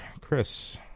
Chris